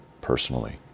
personally